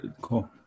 cool